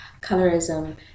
colorism